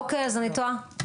אוקי, אז אני טועה.